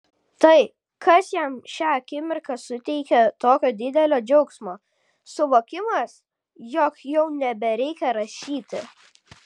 tai kas jam šią akimirką suteikia tokio didelio džiaugsmo suvokimas jog jau nebereikia rašyti